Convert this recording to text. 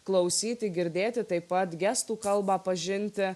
klausyti girdėti taip pat gestų kalbą pažinti